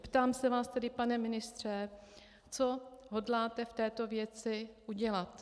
Ptám se vás tedy, pane ministře, co hodláte v této věci udělat.